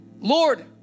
Lord